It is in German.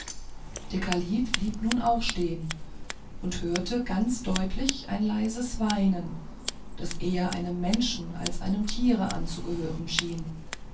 der kalif blieb nun auch stehen und hörte ganz deutlich ein leises weinen das eher einem menschen als einem tiere anzugehören schien